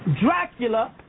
Dracula